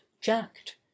jacked